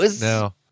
No